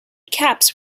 caps